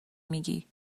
میگی